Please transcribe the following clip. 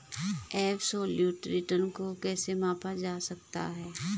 Absolute return को कैसे मापा जा सकता है?